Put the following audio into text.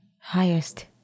highest